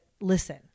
listen